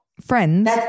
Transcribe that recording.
Friends